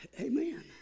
Amen